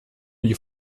gli